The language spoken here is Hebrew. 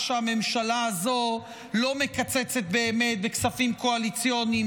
שהממשלה הזו לא מקצצת באמת בכספים קואליציוניים